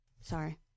Sorry